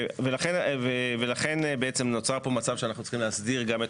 ולכן נוצר מצב שבו אנחנו צריכים להסדיר גם את